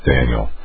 Daniel